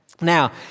Now